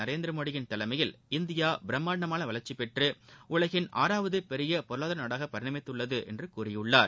நரேந்திரமோடியின் தலைமையில் இந்தியா பிரம்மாண்டமான வளர்ச்சி பெற்று உலகின் ஆறாவது பெரிய பொருளாதார நாடாக பரிணமித்துள்ளது என்று கூறியிருக்கிறார்